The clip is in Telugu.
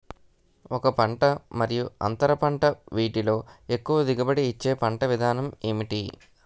ఒక పంట మరియు అంతర పంట వీటిలో ఎక్కువ దిగుబడి ఇచ్చే పంట విధానం ఏంటి?